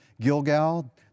Gilgal